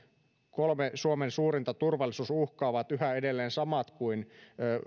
kolme suurinta turvallisuusuhkaa ovat yhä edelleen samat kuin